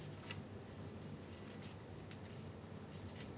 ya last of us really good but I really I really I think too messed up the entire things eh